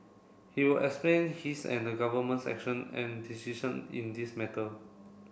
he will explain his and the Government's action and decision in this matter